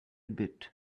bit